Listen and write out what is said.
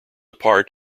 part